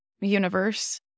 universe